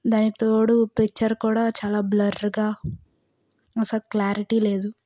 దానికి తోడు పిక్చర్ కూడా చాలా బ్లర్ గా అస్సలు క్లారిటీ లేదు